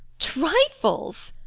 trifles!